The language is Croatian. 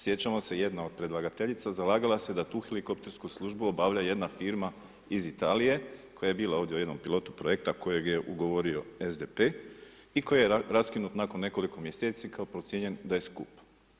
Sjećamo se jedna od predlagateljica zalagala se da tu helikoptersku službu obavlja jedna firma iz Italije koja je bila ovdje u jednom pilot projekta kojeg je ugovorio SDP i koji je raskinuo nakon nekoliko mjeseci kao procijenjen da je skup.